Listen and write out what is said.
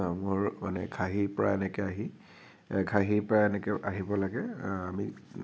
মোৰ মানে ঘাঁহিৰ পৰা এনেকে আহি ঘাঁহিৰ পৰা এনেকে আহিব লাগে আমি